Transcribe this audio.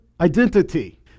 identity